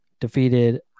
defeated